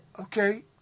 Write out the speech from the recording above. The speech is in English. Okay